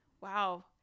Wow